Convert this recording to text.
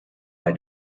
bei